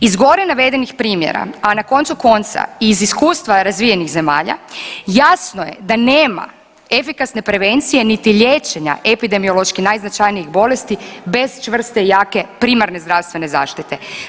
Iz gore navedenih primjera, a na koncu konca i iz iskustva razvijenih zemalja jasno je da nema efikasne prevencije niti liječenja epidemiološki najznačajnijih bolesti bez čvrste i jake primarne zdravstvene zaštite.